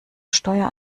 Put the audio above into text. steuer